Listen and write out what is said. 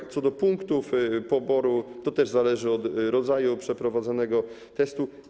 Odnośnie do punktów poboru, to też zależy to od rodzaju przeprowadzonego testu.